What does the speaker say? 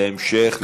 להמשך דיון.